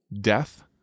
death